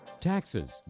Taxes